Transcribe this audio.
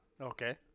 Okay